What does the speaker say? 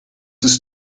ist